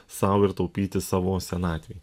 sau ir taupyti savo senatvei